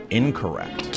incorrect